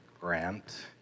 grant